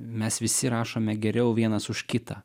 mes visi rašome geriau vienas už kitą